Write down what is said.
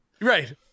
Right